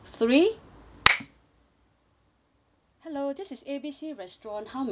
hello this is A B C restaurant how may I help you